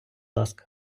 ласка